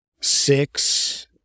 six